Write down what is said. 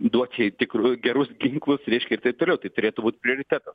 duot jai tikrus gerus ginklusreiškia taip toliau turėtų būt prioritetas